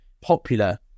popular